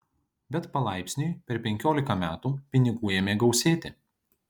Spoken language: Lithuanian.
bet palaipsniui per penkiolika metų pinigų ėmė gausėti